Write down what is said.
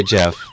Jeff